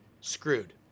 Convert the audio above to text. screwed